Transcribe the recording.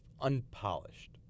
unpolished